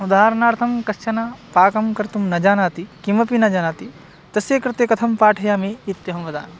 उदाहरणार्थं कश्चन पाकं कर्तुं न जानाति किमपि न जानाति तस्य कृते कथं पाठयामि इत्यहं वदामि